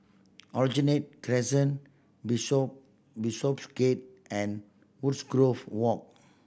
Aljunied Crescent Bishop Bishopsgate and Wood's grove Walk